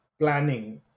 planning